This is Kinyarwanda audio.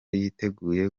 yiteguye